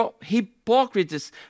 hypocrites